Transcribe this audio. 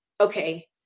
okay